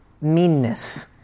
meanness